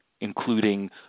including